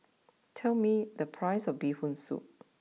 tell me the price of Bee Hoon Soup